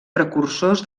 precursors